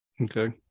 Okay